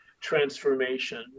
transformation